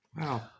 Wow